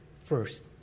first